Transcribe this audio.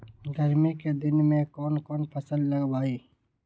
गर्मी के दिन में कौन कौन फसल लगबई?